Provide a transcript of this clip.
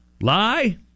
Lie